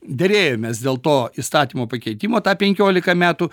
derėjomės dėl to įstatymo pakeitimo tą penkiolika metų